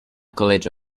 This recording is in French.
college